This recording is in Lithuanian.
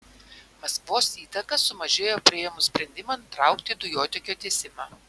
maskvos įtaka sumažėjo priėmus sprendimą nutraukti dujotiekio tiesimą